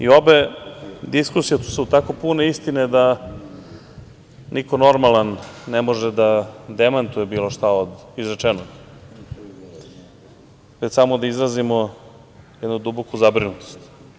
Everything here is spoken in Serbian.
Obe diskusije su tako pune istine, da niko normalan ne može da demantuje bilo šta od izrečenog, već samo da izrazimo duboku zabrinutost.